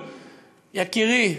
יקירי,